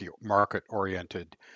market-oriented